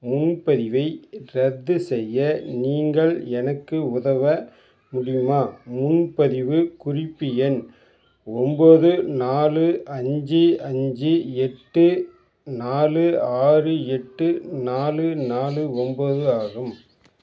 முன்பதிவை ரத்து செய்ய நீங்கள் எனக்கு உதவ முடியுமா முன்பதிவு குறிப்பு எண் ஒன்போது நாலு அஞ்சு அஞ்சு எட்டு நாலு ஆறு எட்டு நாலு நாலு ஒன்போது ஆகும்